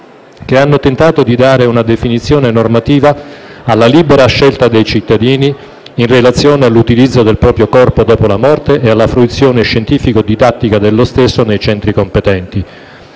che hanno tentato di dare una definizione normativa alla libera scelta dei cittadini in relazione all'utilizzo del proprio corpo dopo la morte e alla fruizione scientifico-didattica dello stesso nei centri competenti.